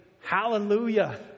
hallelujah